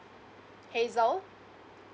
hazel